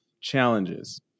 Challenges